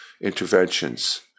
interventions